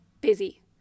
busy